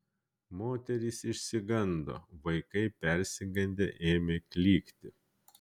moterys išsigando vaikai persigandę ėmė klykti